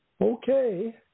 Okay